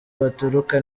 baturuka